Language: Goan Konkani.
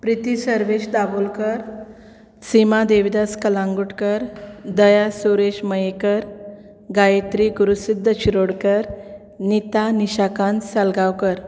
प्रिती सर्वेश दाबोलकर सीमा देविदास कलंगूटकर दया सूरेश मयेकर गायत्री गुरुसिद्द शिरोडकर निता निशाकांत सालगांवकर